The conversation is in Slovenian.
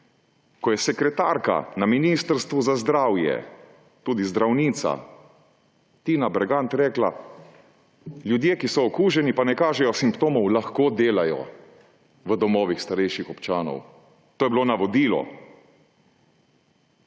Ko je sekretarka na Ministrstvu za zdravje, tudi zdravnica, Tina Bregant rekla: »Ljudje, ki so okuženi, pa ne kažejo simptomov, lahko delajo v domovih starejših občanov.« To je bilo navodilo. Čez